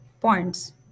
points